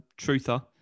truther